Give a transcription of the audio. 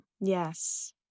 Yes